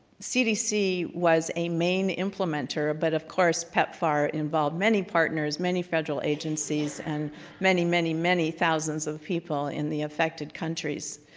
cdc was a main implementor but of course pepfar involved many partners many federal agencies and many, many, many thousands of people in the affected countries.